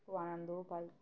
খুব আনন্দও ফাল